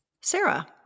Sarah